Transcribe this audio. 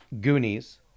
goonies